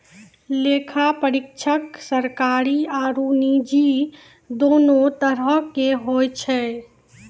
लेखा परीक्षक सरकारी आरु निजी दोनो तरहो के होय छै